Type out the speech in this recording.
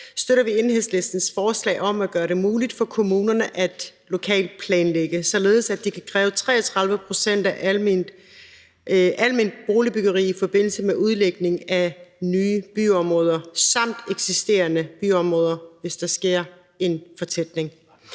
støtter vi Enhedslistens forslag om at gøre det muligt for kommunerne at lokalplanlægge, således at de kan kræve 33 pct. alment boligbyggeri i forbindelse med udlægning af nye byområder samt eksisterende byområder, hvis der sker en fortætning.